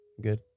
Good